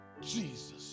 Jesus